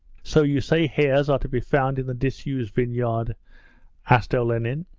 so you say hares are to be found in the disused vineyard asked olenin.